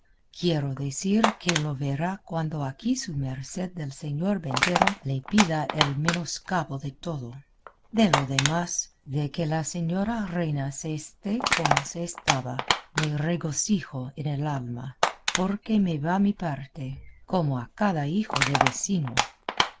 quiero decir que lo verá cuando aquí su merced del señor ventero le pida el menoscabo de todo de lo demás de que la señora reina se esté como se estaba me regocijo en el alma porque me va mi parte como a cada hijo de vecino